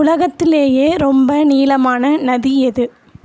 உலகத்திலேயே ரொம்ப நீளமான நதி எது